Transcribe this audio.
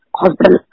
hospital